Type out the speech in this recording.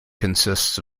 consists